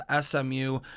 SMU